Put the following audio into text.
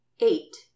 Eight